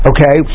Okay